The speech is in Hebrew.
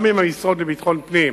וגם עם המשרד לביטחון פנים,